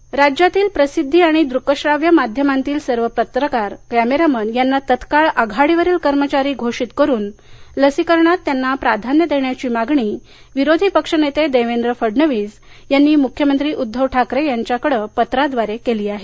फडणवीस मागणी राज्यातील प्रसिद्धी आणि दूकश्राव्य माध्यमांतील सर्व पत्रकार कॅमेरामन यांना तत्काळ आघाडीवरील कर्मचारी घोषित करून लसीकरणात त्यांना प्राधान्य देण्याची मागणी विरोधी पक्षनेते देवेंद्र फडणवीस यांनी मुख्यमंत्री उद्धव ठाकरे यांच्याकडे पत्राद्वारे केली आहे